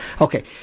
Okay